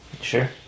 Sure